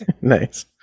Nice